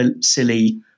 silly